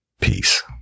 Peace